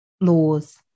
laws